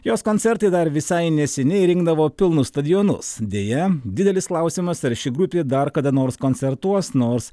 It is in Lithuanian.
jos koncertai dar visai neseniai rinkdavo pilnus stadionus deja didelis klausimas ar ši grupė dar kada nors koncertuos nors